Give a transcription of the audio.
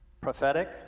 Prophetic